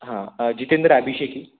हां जितेंद्र अभिषेकी